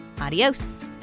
Adios